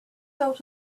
felt